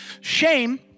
Shame